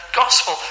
gospel